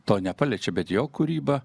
to nepaliečia bet jo kūryba